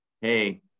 hey